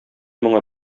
моңа